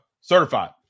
Certified